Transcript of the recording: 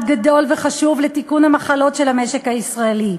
גדול וחשוב לתיקון המחלות של המשק הישראלי.